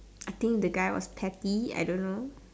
I think the guy was petty I don't know